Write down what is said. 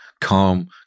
calm